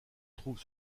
trouve